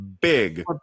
big